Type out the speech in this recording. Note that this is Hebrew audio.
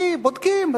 כי בודקים,